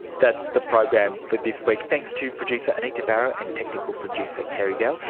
that's the program for this week. thanks to producer anita barraud and technical producer carey dell.